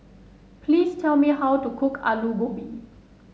please tell me how to cook Alu Gobi